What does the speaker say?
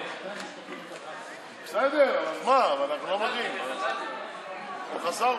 16. הצעת החוק התקבלה בקריאה ראשונה,